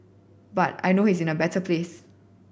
but I know he is in a better place